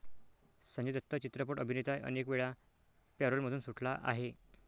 संजय दत्त चित्रपट अभिनेता अनेकवेळा पॅरोलमधून सुटला आहे